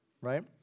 right